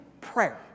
prayer